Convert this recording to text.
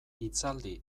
hitzaldi